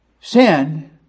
sin